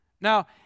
Now